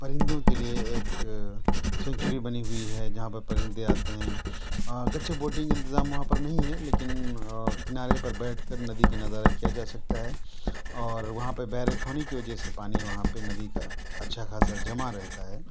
پرندوں کے لیے ایک سینچوری بنی ہوئی ہے جہاں پر پرندے آتے ہیں اور اگرچہ بوٹنگ انتظام وہاں پر نہیں ہے لیکن کنارے پر بیٹھ کر ندی کا نظارہ کیا جا سکتا ہے اور وہاں پہ بیرک ہونے کی وجہ سے پانی وہاں پہ ندی کا اچّھا خاصہ جمع رہتا ہے